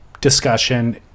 discussion